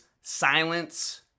silence